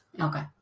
Okay